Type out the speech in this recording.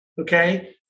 Okay